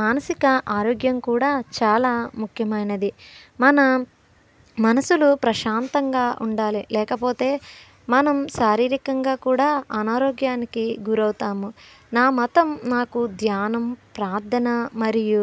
మానసిక ఆరోగ్యం కూడా చాలా ముఖ్యమైనది మన మనసులో ప్రశాంతంగా ఉండాలి లేకపోతే మనం శారీరకంగా కూడా అనారోగ్యానికి గురవుతాము నా మతం మాకు ధ్యానం ప్రార్థన మరియు